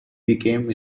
became